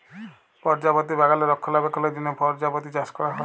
পরজাপতি বাগালে রক্ষলাবেক্ষলের জ্যনহ পরজাপতি চাষ ক্যরা হ্যয়